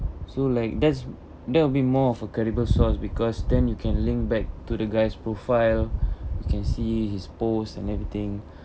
so like there's that will be more of a credible source because then you can link back to the guy's profile you can see his post and everything